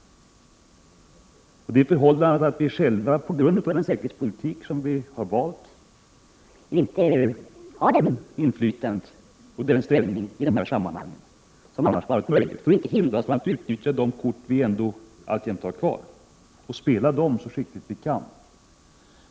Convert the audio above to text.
Det förhållandet att vi själva, på grund av den säkerhetspolitik som vi har valt, inte har det inflytande och den ställning i de här sammanhangen som annars varit möjlig får inte hindra oss från att utnyttja de kort vi alltjämt har kvar och att spela dem så skickligt vi kan.